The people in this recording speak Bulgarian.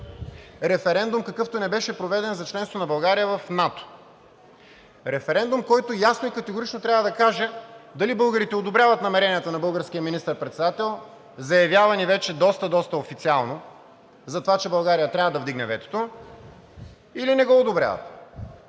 референдум, какъвто не беше проведен за членство на България в НАТО, референдум, който ясно и категорично трябва да каже дали българите одобряват намеренията на българския министър-председател, заявявани вече доста, доста официално, затова че България трябва да вдигне ветото, или не го одобрява.